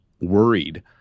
worried